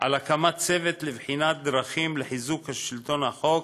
על הקמת צוות לבחינת דרכים לחיזוק שלטון החוק